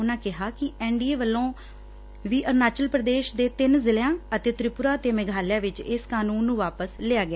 ਉਨੂਾ ਕਿਹਾ ਕਿ ਐਨ ਡੀ ਏ ਵੱਲੋਂ ਵੀ ਅਰੁਣਾਚਲ ਪ੍ਰਦੇਸ਼ ਦੇ ਤਿੰਨ ਜ਼ਿਲ੍ਹਿਆਂ ਅਤੇ ਤ੍ਤਿਪੁਰਾ ਤੇ ਮੇਘਾਲਿਆ ਵਿਚ ਇਸ ਕਾਨੂੰਨ ਨੂੰ ਵਾਪਸ ਲਿਆ ਗਿਆ